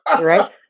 right